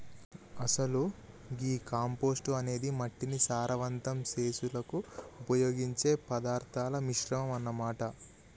అసలు గీ కంపోస్టు అనేది మట్టిని సారవంతం సెసులుకు ఉపయోగించే పదార్థాల మిశ్రమం అన్న మాట